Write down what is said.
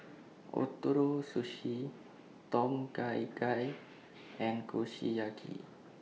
Ootoro Sushi Tom Kha Gai and Kushiyaki